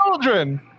children